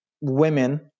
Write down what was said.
women